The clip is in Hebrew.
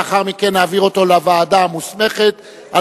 לאחר מכן נעביר אותו לוועדה המוסמכת על